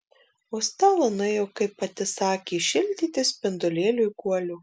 o stela nuėjo kaip pati sakė šildyti spindulėliui guolio